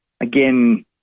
again